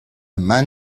man